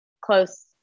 close